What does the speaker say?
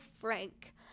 Frank